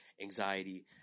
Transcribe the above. anxiety